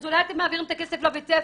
אז אולי אתם מעבירים את הכסף לבית ספר.